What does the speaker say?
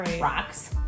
rocks